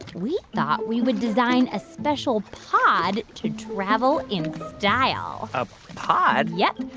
we thought we would design a special pod to travel in style a pod? yep.